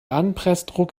anpressdruck